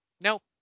no